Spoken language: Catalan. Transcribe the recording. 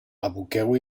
aboqueu